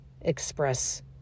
express